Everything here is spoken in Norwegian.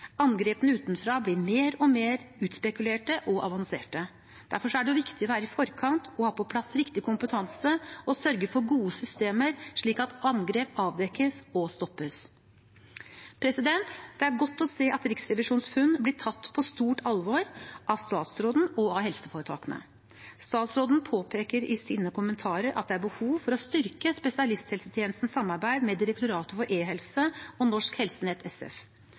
Angrepene utenfra blir mer og mer utspekulerte og avanserte. Derfor er det viktig å være i forkant og ha på plass riktig kompetanse og sørge for gode systemer, slik at angrep avdekkes og stoppes. Det er godt å se at Riksrevisjonens funn blir tatt på stort alvor av statsråden og av helseforetakene. Statsråden påpeker i sine kommentarer at det er behov for å styrke spesialisthelsetjenestens samarbeid med Direktoratet for e-helse og Norsk Helsenett SF,